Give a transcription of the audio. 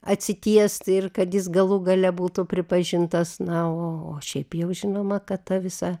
atsitiest ir kad jis galų gale būtų pripažintas na o o šiaip jau žinoma kad ta visa